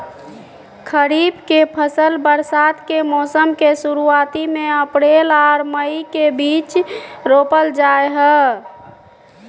खरीफ के फसल बरसात के मौसम के शुरुआती में अप्रैल आर मई के बीच रोपल जाय हय